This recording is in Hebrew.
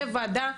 זה וועדה,